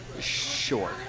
Sure